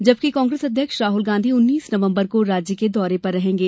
जबकि कांग्रेस अध्यक्ष राहुल गांधी उन्नीस नवम्बर को राज्य के दौरे पर रहेंगे